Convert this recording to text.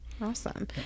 Awesome